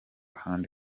ahandi